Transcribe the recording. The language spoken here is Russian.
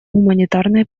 гуманитарной